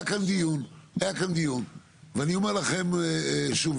היה כאן דיון ואני אומר לכם שוב,